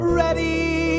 ready